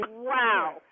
wow